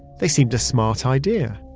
they seemed a smart idea,